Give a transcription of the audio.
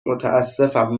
متاسفم